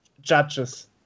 judges